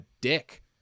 dick